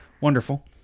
Wonderful